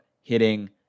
hitting